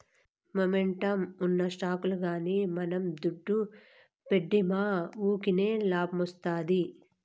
momentum ఉన్న స్టాకుల్ల గానీ మనం దుడ్డు పెడ్తిమా వూకినే లాబ్మొస్తాది